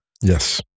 Yes